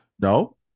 no